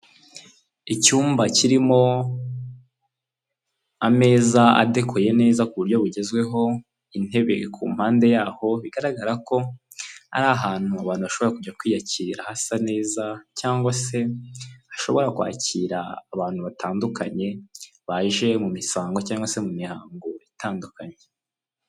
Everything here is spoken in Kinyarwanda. Icyumba kirimo ameza adekuye neza ku buryo bugezweho, intebe ku mpande yaho bigaragara ko ari ahantu abantu bshobora kujya kwiyakira hasa neza cyangwa se hashobora kwakira abantu batandukanye baje mu misango cyangwa se mu mihango itandukanye.